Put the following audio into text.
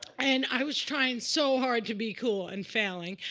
and i was trying so hard to be cool, and failing.